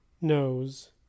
knows